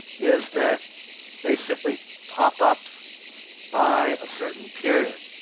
is that they simply pop up by a certain period.